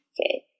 Okay